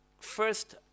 first